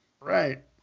Right